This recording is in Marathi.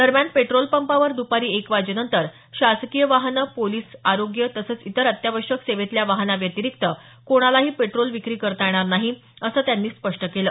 दरम्यान पेट्रोल पंपावर दुपारी एक वाजेनंतर शासकीय वाहनं पोलीस आरोग्य तसंच इतर अत्यावश्यक सेवेतल्या वाहनाव्यतिरिक्त कोणालाही पेट्रोल विक्री करता येणार नाही असं त्यांनी स्पष्ट केलं